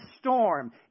storm